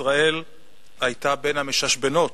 ישראל היתה בין המששבנות